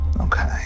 Okay